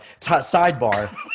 Sidebar